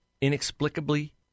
inexplicably